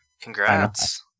congrats